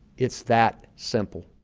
it's that simple.